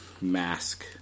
mask